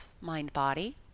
mind-body